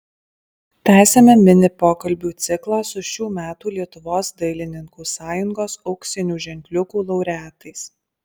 tęsiame mini pokalbių ciklą su šių metų lietuvos dailininkų sąjungos auksinių ženkliukų laureatais